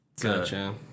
Gotcha